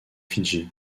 fidji